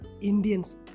Indians